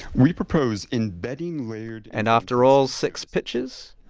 we propose embedding layered. and after all six pitches.